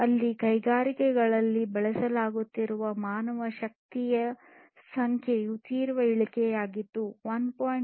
ಅಲ್ಲಿ ಕೈಗಾರಿಕೆಗಳಲ್ಲಿ ಬಳಸಲಾಗುತ್ತಿರುವ ಮಾನವಶಕ್ತಿಯ ಸಂಖ್ಯೆಯಲ್ಲಿ ತೀವ್ರ ಇಳಿಕೆಯಾಗಿದೆ 1